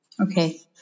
Okay